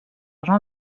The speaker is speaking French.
jean